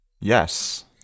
Yes